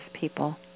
people